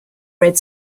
red